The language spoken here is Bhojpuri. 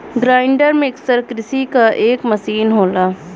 ग्राइंडर मिक्सर कृषि क एक मसीन होला